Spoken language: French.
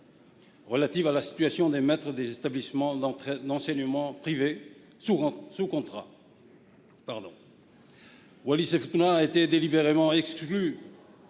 relative à la situation des maîtres des établissements d'enseignement privés sous contrat. Wallis-et-Futuna a été délibérément exclu